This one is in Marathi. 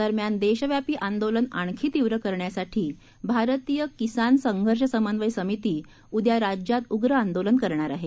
दरम्यान देशव्यापी आंदोलन आणखी तीव्र करण्यासाठी भारतीय किसान संघर्ष समन्वय समिती उद्या राज्यात उग्र आंदोलन करणार आहे